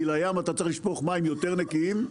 כי לים אתה צריך לשפוך מים יותר נקיים,